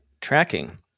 tracking